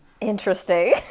Interesting